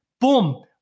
Boom